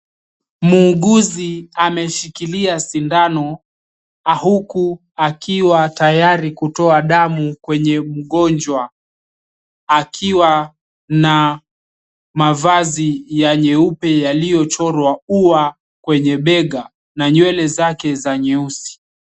Muuguzi ameshikilia sindano huku akiwa tayari kutoa dawa kwenye mgonjwa, akiwa na mavazi ya nyeupe yaliyochorwa ua kwenye bega na nywele zake nyeusi.